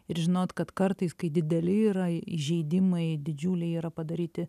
ir žinot kad kartais kai dideli yra įžeidimai didžiuliai yra padaryti